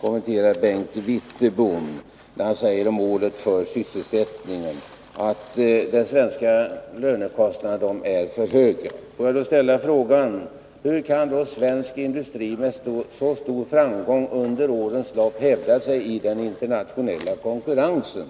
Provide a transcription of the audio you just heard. kommentera Bengt Wittboms senaste inlägg. Han säger att de svenska lönekostnaderna är för höga. Jag vill då ställa frågan: Hur har svensk industri med så stor framgång under årens lopp kunnat hävda sig i den internationella konkurrensen?